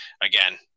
Again